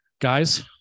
guys